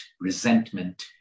resentment